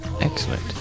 Excellent